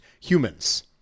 humans